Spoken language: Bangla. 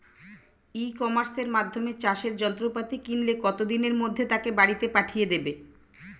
ই কমার্সের মাধ্যমে চাষের যন্ত্রপাতি কিনলে কত দিনের মধ্যে তাকে বাড়ীতে পাঠিয়ে দেবে?